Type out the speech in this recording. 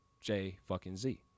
J-fucking-Z